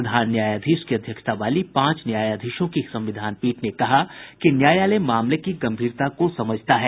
प्रधान न्यायाधीश की अध्यक्षता वाली पांच न्यायाधीशों की संविधान पीठ ने कहा कि न्यायालय मामले की गंभीरता को समझता है